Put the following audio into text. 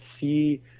see